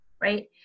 right